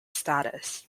status